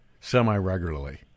semi-regularly